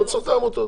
לא צריך את העמותות.